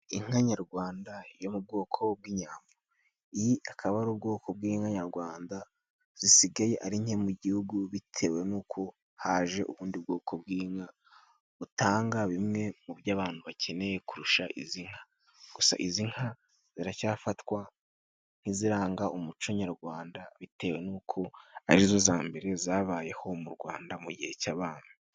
Inka nyarwanda yo mu bwoko bw'inyambo. Iyi akaba ari ubwoko bw'inka nyarwanda zisigaye ari nke mu gihugu bitewe n'uko haje ubundi bwoko bw'inka butanga bimwe mu byo abantu bakeneye kurusha izi nka. Gusa izi nka ziracyafatwa nk'iziranga umuco nyarwanda, bitewe n'uko arizo za mbere zabayeho mu rwanda mu gihe cy'abami.